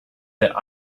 that